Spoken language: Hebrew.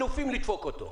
אלופים לדפוק אותו.